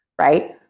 Right